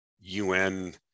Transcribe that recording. UN